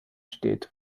steht